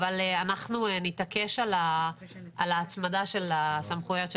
אבל אנחנו נתעקש על ההצמדה של הסמכויות של